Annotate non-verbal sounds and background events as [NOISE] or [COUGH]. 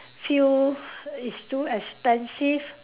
feel [BREATH] is too expensive